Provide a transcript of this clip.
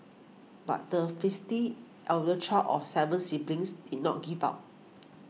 but the feisty elder child of seven siblings did not give up